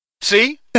see